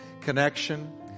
connection